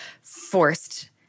forced